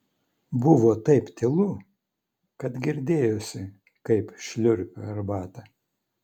buvo taip tylu kad girdėjosi kaip šliurpiu arbatą